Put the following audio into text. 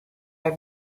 are